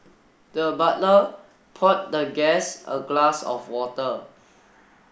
the butler poured the guest a glass of water